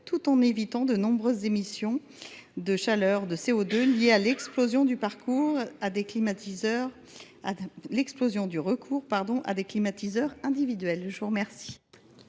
tout en évitant de nombreuses émissions de chaleur et de CO2 liées à l’explosion du recours à des climatiseurs individuels. L’amendement